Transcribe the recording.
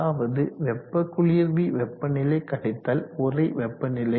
அதாவது வெப்ப குளிர்வி வெப்பநிலை கழித்தல் உறை வெப்பநிலை